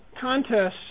contests